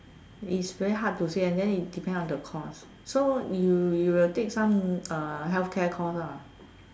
is very hard to say and then depend on the course so you you will take some uh healthcare course lah